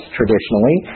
traditionally